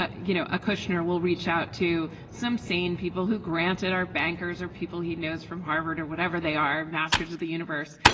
ah you know ah kushner will reach out to some sane people who granted our bankers or people he knows from harvard or whatever they are masters of the universe,